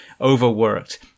overworked